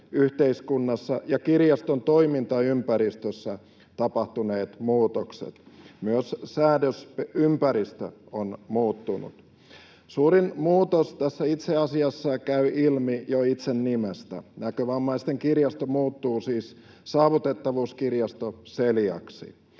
yhteiskunnassa ja kirjaston toimintaympäristössä tapahtuneet muutokset. Myös säädösympäristö on muuttunut. Suurin muutos tässä itse asiassa käy ilmi jo itse nimestä. Näkövammaisten kirjasto muuttuu siis Saavutettavuuskirjasto Celiaksi.